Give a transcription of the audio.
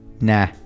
Nah